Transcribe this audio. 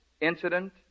Incident